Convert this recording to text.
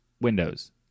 windows